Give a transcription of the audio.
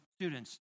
students